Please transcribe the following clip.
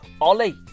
Ollie